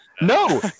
no